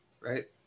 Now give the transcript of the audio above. right